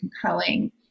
compelling